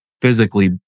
physically